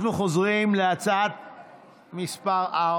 אם כך, הצעת חוק הביטוח הלאומי